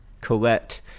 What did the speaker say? Colette